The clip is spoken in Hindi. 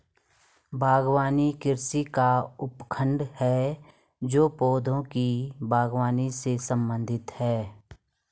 बागवानी कृषि का उपखंड है जो पौधों की बागवानी से संबंधित है